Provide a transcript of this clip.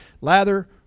Lather